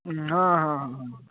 हँ हँ हँ हँ